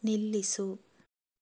ನಿಲ್ಲಿಸು